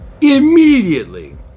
immediately